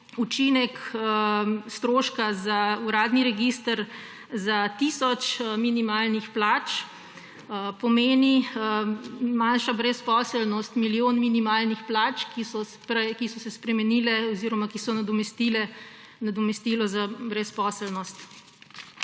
učinek stroška za uradni register za tisoč minimalnih plač, pomeni manjša brezposelnost milijon minimalnih plač, ki so se spremenile oziroma ki so nadomestile nadomestilo za brezposelnost.